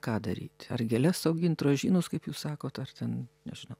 ką daryt ar gėles augint rožynus kaip jūs sakot ar ten nežinau